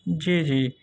جی جی